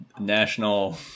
national